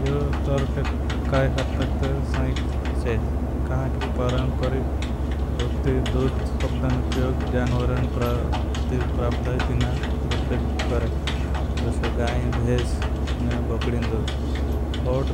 यो तरक काई हत्तकत साइच है कि परमपरिक। रूपती दुद सब्दन उप्योग जानवरन प्राप्त है तीना। बुटले करें सो गाईं भेश ने बोकरिन दूध